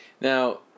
Now